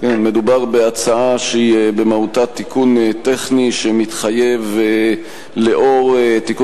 מדובר בהצעה שהיא במהותה תיקון טכני שמתחייב לאור תיקון